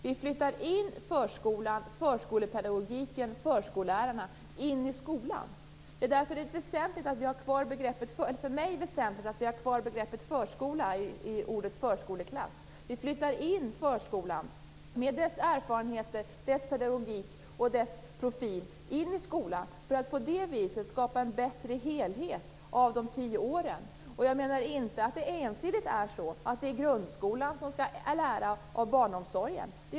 Vi flyttar in förskolepedagogiken och förskollärarna i skolan. Det är därför det för mig är väsentligt att vi har kvar begreppet förskola i ordet förskoleklass. Vi flyttar in förskolan med dess erfarenheter, pedagogik och profil i skolan, för att på det viset skapa en bättre helhet av de tio åren. Jag menar inte att det ensidigt är grundskolan som skall lära av barnomsorgen.